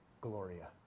Gloria